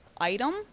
item